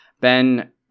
Ben